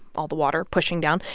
all the water pushing down.